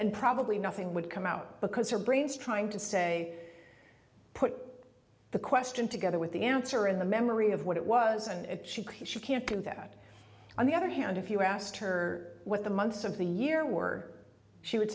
and probably nothing would come out because her brain's trying to say put the question together with the answer in the memory of what it was and if she could she can't do that on the other hand if you asked her what the months of the year were she would